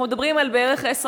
אנחנו מדברים על 10%